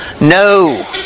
No